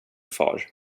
far